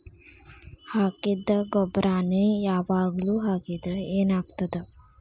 ಹಾಕಿದ್ದ ಗೊಬ್ಬರಾನೆ ಯಾವಾಗ್ಲೂ ಹಾಕಿದ್ರ ಏನ್ ಆಗ್ತದ?